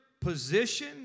position